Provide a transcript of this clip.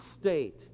state